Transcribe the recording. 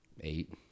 Eight